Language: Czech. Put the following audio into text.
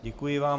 Děkuji vám.